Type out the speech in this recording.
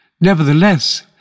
Nevertheless